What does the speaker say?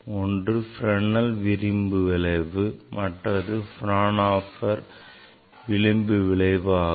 ஒன்று Fresnel விளிம்பு விளைவு மற்றது Fraunhofer விளிம்பு விளைவு ஆகும்